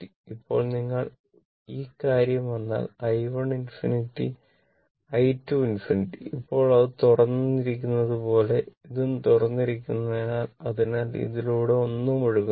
ഇപ്പോൾ നിങ്ങൾ ഈ കാര്യം വന്നാൽ i 1 ∞ i 2 ∞ ഇപ്പോൾ ഇത് തുറന്നിരിക്കുന്നതുപോലെ ഇതും തുറന്നിരിക്കുന്നതിനാൽ അതിനാൽ ഇതിലൂടെ ഒന്നും ഒഴുകുന്നില്ല